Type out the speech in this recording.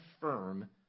firm